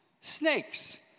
snakes